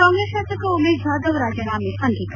ಕಾಂಗ್ರೆಸ್ ಶಾಸಕ ಉಮೇಶ್ ಜಾದವ್ ರಾಜೀನಾಮೆ ಅಂಗೀಕಾರ